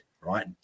right